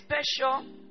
special